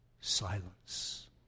Silence